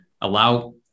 allow